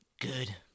good